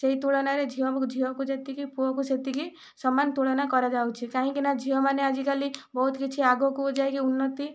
ସେହି ତୁଳନାରେ ଝିଅକୁ ଯେତିକି ପୁଅକୁ ସେତିକି ସମାନ ତୁଳନା କରାଯାଉଛି କାହିଁକି ନା ଝିଅମାନେ ଆଜିକାଲି ବହୁତ କିଛି ଆଗକୁ ଯାଇକି ଉନ୍ନତି